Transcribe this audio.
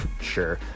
sure